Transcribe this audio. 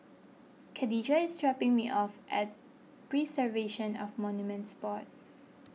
Kadijah is dropping me off at Preservation of Monuments Board